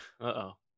Uh-oh